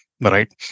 right